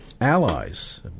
allies